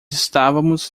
estávamos